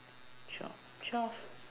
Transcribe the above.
twelve twelve